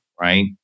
right